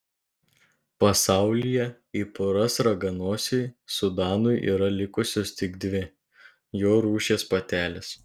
pasaulyje į poras raganosiui sudanui yra likusios tik dvi jo rūšies patelės